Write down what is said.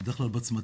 בדרך כלל בצמתים.